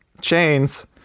chains